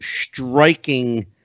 striking